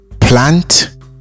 Plant